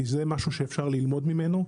כי זה משהו שאפשר ללמוד ממנו,